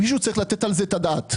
מישהו צריך לתת על זה את הדעת.